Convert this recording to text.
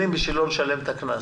מתקשרים בטלפון כדי לא לשלם את הקנס.